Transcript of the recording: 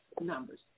numbers